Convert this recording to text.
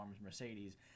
mercedes